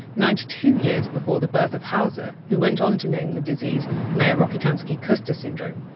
ninety two years before the birth of hauser, who went on to name the disease mayer-rokitansky-kuster syndrome.